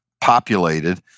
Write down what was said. populated